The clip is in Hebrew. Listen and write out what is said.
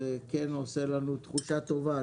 זה כן עושה לנו תחושה טובה,